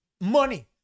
money